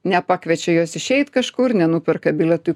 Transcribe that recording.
nepakviečia jos išeit kažkur nenuperka bilietų